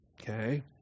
okay